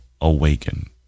awaken